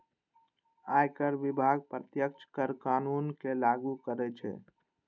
आयकर विभाग प्रत्यक्ष कर कानून कें लागू करै छै